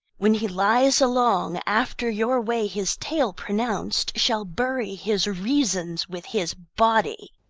when he lies along, after your way his tale pronounc'd shall bury his reasons with his body.